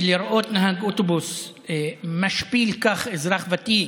כי לראות נהג אוטובוס משפיל כך אזרח ותיק,